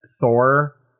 Thor